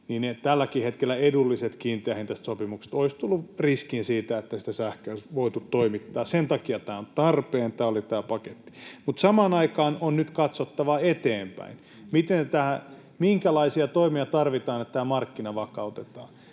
niin tälläkin hetkellä edulliset kiinteähintaiset sopimukset olisivat tuoneet riskin siitä, että sitä sähköä ei olisi voitu toimittaa. Sen takia tämä paketti on tarpeen. Mutta samaan aikaan on nyt katsottava eteenpäin, minkälaisia toimia tarvitaan, että tämä markkina vakautetaan,